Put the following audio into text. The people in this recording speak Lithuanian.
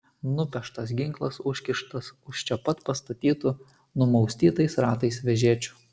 nupeštas ginklas užkištas už čia pat pastatytų numaustytais ratais vežėčių